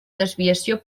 desviació